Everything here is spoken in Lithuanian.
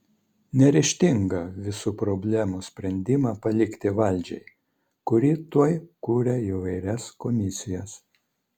neryžtinga visų problemų sprendimą patiki valdžiai kuri tuoj kuria įvairias komisijas